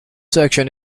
section